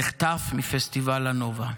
שנחטף מפסטיבל הנובה,